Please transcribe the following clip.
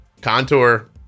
Contour